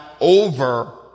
over